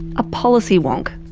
a policy wonk.